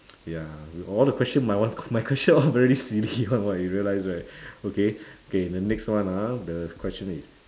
ya with all the question my one my question all very silly [one] what you realise right okay K the next one ah the question is